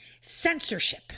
Censorship